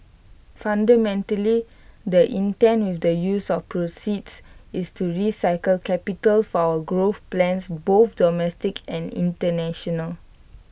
fundamentally the intent with the use of proceeds is to recycle capital for our growth plans both domestic and International